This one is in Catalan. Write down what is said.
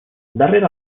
darrere